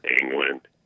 England